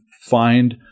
find